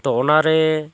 ᱛᱚ ᱚᱱᱟᱨᱮ